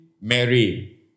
Mary